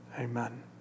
Amen